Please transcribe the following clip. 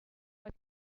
but